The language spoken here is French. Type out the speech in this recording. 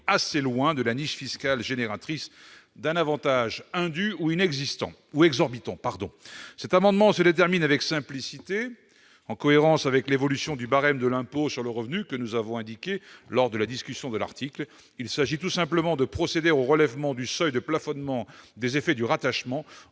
assez loin de la niche fiscale génératrice d'un avantage indu ou exorbitant ... Cet amendement se détermine avec simplicité, en cohérence avec l'évolution du barème de l'impôt sur le revenu que nous avons indiquée lors de la discussion de l'article. Il s'agit tout simplement de procéder au relèvement du seuil de plafonnement des effets du rattachement,